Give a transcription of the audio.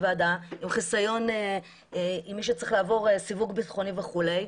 ועדה עם מי שצריך לעבור סיווג ביטחוני וכו'.